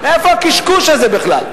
מאיפה הקשקוש הזה בכלל?